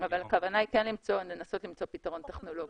הכוונה כרגע היא כן לנסות למצוא פתרון טכנולוגי.